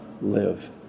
live